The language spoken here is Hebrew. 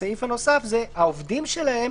הסעיף הנוסף זה שהעובדים שלהם